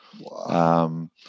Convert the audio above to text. Wow